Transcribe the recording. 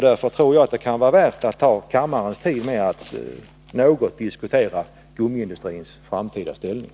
Därför tror jag att det kan vara värt att ta upp kammarens tid med att i någon mån diskutera gummiindustrins framtida ställning.